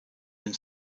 den